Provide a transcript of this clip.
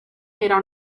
era